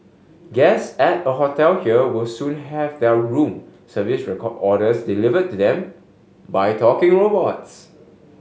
guests at a hotel here will soon have their room service recall orders deliver to them by talking robots